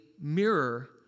mirror